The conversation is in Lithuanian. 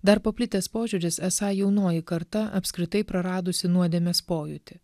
dar paplitęs požiūris esą jaunoji karta apskritai praradusi nuodėmės pojūtį